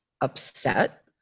upset